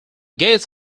gates